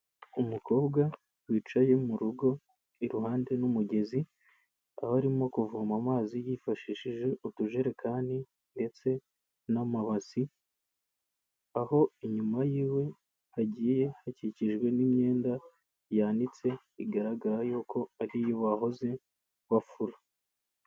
Umukobwa wicaye mu rugo iruhande n'umugezi, akaba arimo kuvoma amazi yifashishije utujerekani ndetse n'amabasi, aho inyuma y'iwe hagiye hakikijwe n'imyenda yanitse, bigaragara yuko ariyo bahoze bafura.